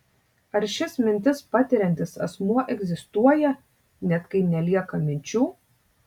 ar šis mintis patiriantis asmuo egzistuoja net kai nelieka minčių